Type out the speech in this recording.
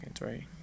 right